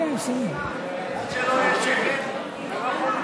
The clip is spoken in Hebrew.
פרשת השבוע.